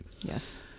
yes